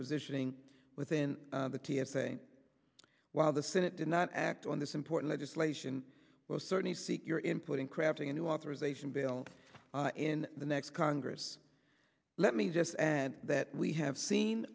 positioning within the t s a while the senate did not act on this important legislation will certainly seek your input in crafting a new authorization bill in the next congress let me just add that we have seen